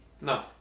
No